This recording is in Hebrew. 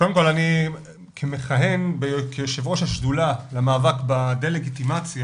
קודם כל אני יושב-ראש השדולה למאבק בדה-לגיטימציה